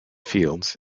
fields